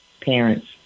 parents